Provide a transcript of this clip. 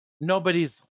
Nobody's